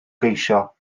geisio